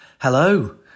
Hello